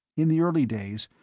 in the early days,